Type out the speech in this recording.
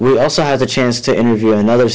we're also has a chance to interview another